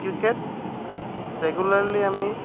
cricket regularly আমি